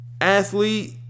athlete